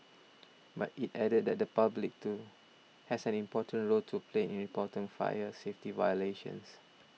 but it added that the public too has an important role to play in reporting fire safety violations